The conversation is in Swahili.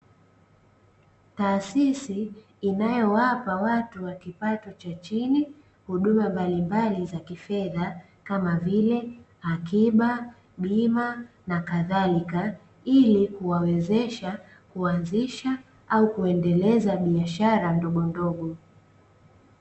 Taasisi inayowapa watu wa kipato cha chini, huduma mbalimbali za kifedha kama vile akiba, bima na kadhalika, ili kuwawezesha kuanzisha au kuendeleza biashara ndogondogo.